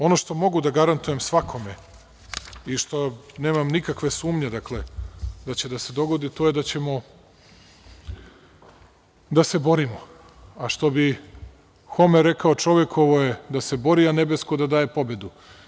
Ono što mogu da garantujem svakome i što nemam nikakve sumnje, dakle, da će da se dogodi, to je da ćemo da se borimo, a što bi Homer rekao, čovekovo je da se bori, a nebesko da daje pobedu.